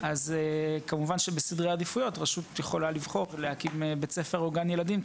אז כמובן שבסדרי עדיפויות רשות יכולה לבחור להקים בית ספר או גן ילדים,